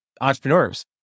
entrepreneurs